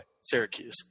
Syracuse